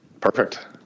Perfect